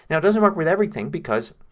yeah it doesn't work with everything because,